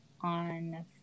on